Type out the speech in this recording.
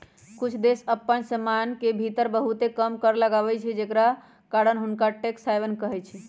कुछ देश अप्पन सीमान के भीतर बहुते कम कर लगाबै छइ जेकरा कारण हुंनका टैक्स हैवन कहइ छै